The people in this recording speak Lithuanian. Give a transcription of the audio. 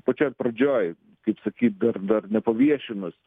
pačioj pradžioj kaip sakyt dar dar nepaviešinus